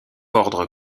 ordre